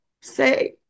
say